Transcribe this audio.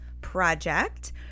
Project